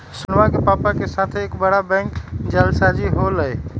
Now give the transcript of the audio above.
सोहनवा के पापा के साथ एक बड़ा बैंक जालसाजी हो लय